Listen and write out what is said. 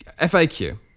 FAQ